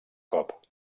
cop